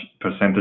percentage